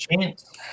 chance